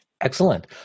Excellent